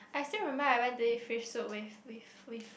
I still remember I went to eat fish soup with with with